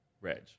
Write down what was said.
Reg